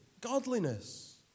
godliness